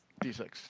D6